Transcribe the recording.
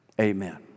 Amen